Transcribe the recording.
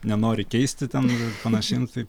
nenori keisti ten ir panašiai nu tai